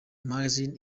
magazine